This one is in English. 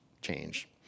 change